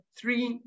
three